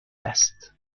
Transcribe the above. است